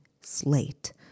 slate